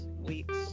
weeks